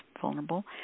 vulnerable